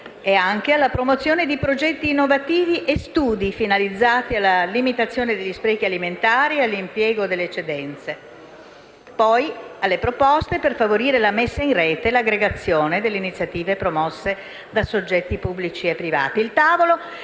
di promozione di progetti innovativi e studi finalizzati alla limitazione degli sprechi alimentari e all'impiego delle eccedenze e di formulazione di proposte per favorire la messa in rete e l'aggregazione delle iniziative promosse da soggetti pubblici e privati.